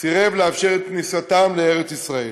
יסרב לאפשר את כניסתם לארץ-ישראל.